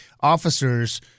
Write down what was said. officers